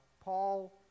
Paul